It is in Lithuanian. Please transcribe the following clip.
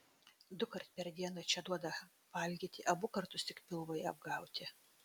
dukart per dieną čia duoda valgyti abu kartus tik pilvui apgauti